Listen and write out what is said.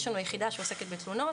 יש לנו יחידה שעוסקת בתלונות.